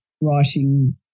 writing